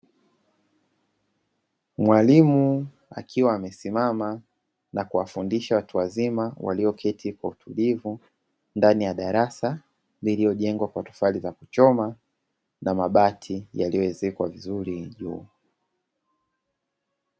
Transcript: Mwalimu akiwa amesimama na kuwafundisha watu wazima walioketi kwa utulivu ndani ya darasa, lililojengewa kwa tofari za kuchomwa na mabati yaliyoezekwa vizuri juu.